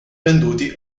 venduti